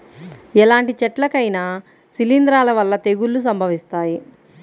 ఎలాంటి చెట్లకైనా శిలీంధ్రాల వల్ల తెగుళ్ళు సంభవిస్తాయి